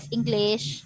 English